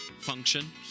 function